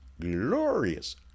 glorious